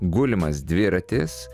gulimas dviratis